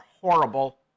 horrible